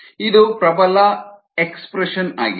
ಇದು ಪ್ರಬಲ ಎಕ್ಸ್ಪ್ರೆಶನ್ ಆಗಿದೆ